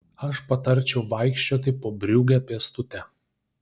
aš patarčiau vaikščioti po briugę pėstute